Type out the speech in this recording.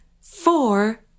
four